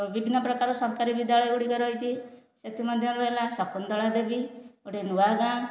ବିଭିନ୍ନ ପ୍ରକାର ସରକାରୀ ବିଦ୍ୟାଳୟ ଗୁଡ଼ିକ ରହିଛି ସେଥିମଧ୍ୟରୁ ହେଲା ଶକୁନ୍ତଳା ଦେବୀ ଗୋଟିଏ ନୂଆଗାଁ